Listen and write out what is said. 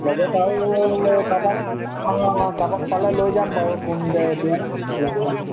লগত আৰু কাৰোবাক কাৰোবাক পালে লৈ যাম বাৰু কোন যায় এতিয়া লগৰ